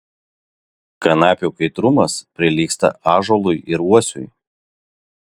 kanapių kaitrumas prilygsta ąžuolui ir uosiui